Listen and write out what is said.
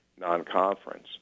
non-conference